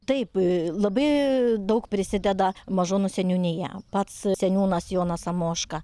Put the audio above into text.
taip a labai daug prisideda mažonų seniūnija pats seniūnas jonas samoška